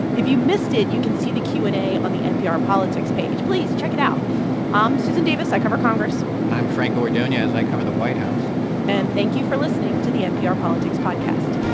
if you missed it, you can see the q and a on the npr politics page. please, check it out i'm susan davis. i cover congress i'm franco ordonez. i cover the white house and thank you for listening to the npr politics podcast